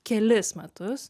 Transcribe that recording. kelis metus